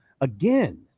Again